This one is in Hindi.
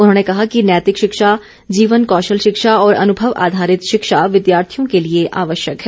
उन्होंने कहा कि नैतिक शिक्षा जीवन कौशल शिक्षा और अनुभव आधारित शिक्षा विद्यार्थियों के लिए आवश्यक है